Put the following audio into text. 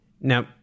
Now